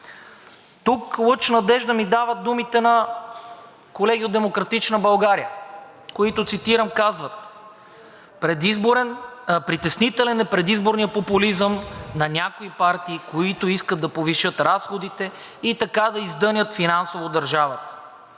Тук лъч надежда ми дават думите на колеги от „Демократична България“, които, цитирам, казват: „Притеснителен е предизборният популизъм на някои партии, които искат да повишат разходите и така да издънят финансово държавата.